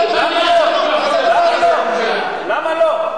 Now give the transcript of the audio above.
למה לא?